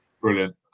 Brilliant